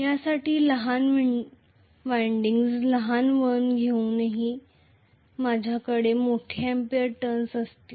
यासाठी लहान वियंडिंग्ज लहान वळण घेऊनही माझ्याकडे मोठे अॅम्पीयर टर्न्स असतील